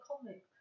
comic